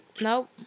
Nope